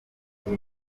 iyi